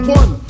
one